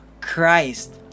Christ